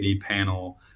panel